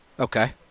Okay